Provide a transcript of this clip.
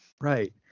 Right